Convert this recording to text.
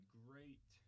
great